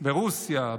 ברוסיה,